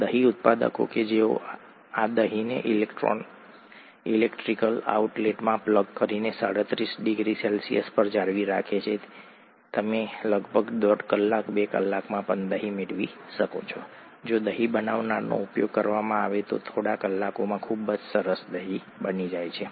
દહીં ઉત્પાદકો કે જેઓ આ દહીંને ઇલેક્ટ્રિકલ આઉટલેટમાં પ્લગ કરીને 37 ડિગ્રી સેલ્સિયસ પર જાળવી રાખે છે તમે લગભગ દોઢ કલાક બે કલાકમાં પણ દહીં મેળવી શકો છો જો દહીં બનાવનારનો ઉપયોગ કરવામાં આવે તો થોડા કલાકોમાં ખૂબ સરસ દહીં બની જાય છે